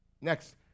next